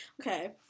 Okay